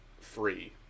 free